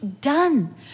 done